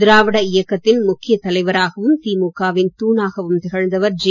திராவிட இயக்கத்தின் முக்கியத் தலைவராகவும் திமுகவின் தூணாகவும் திகழ்ந்தவர் ஜெ